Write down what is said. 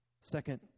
second